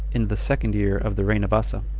in the second year of the reign of asa.